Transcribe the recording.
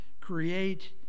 create